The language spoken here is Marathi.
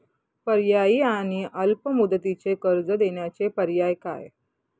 पर्यायी आणि अल्प मुदतीचे कर्ज देण्याचे पर्याय काय?